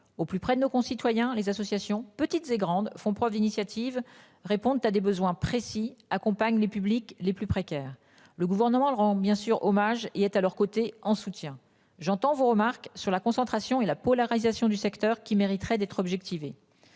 au plus près de nos concitoyens, les associations, petites et grandes font preuve d'initiative répondre à des besoins précis accompagnent les publics les plus précaires. Le gouvernement le rend bien sûr hommage et est à leurs côtés en soutien, j'entends vos remarques sur la concentration et la polarisation du secteur qui mériterait d'être objective